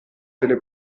delle